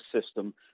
system